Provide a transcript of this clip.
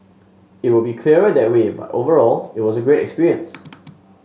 it will be clearer that way but overall it was a great experience